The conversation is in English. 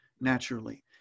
naturally